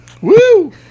woo